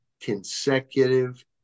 consecutive